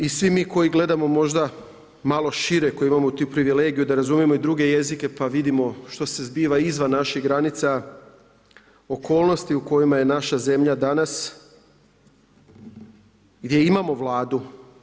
I svi mi koji gledamo možda malo šire koji imamo tu privilegiju da razumijemo i druge jezike pa vidimo što se zbiva izvan naših granica, okolnosti u kojima je naša zemlja danas gdje imamo Vladu.